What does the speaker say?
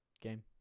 game